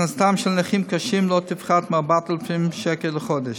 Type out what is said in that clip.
הכנסתם של נכים קשים לא תפחת מ-4,000 שקל לחודש.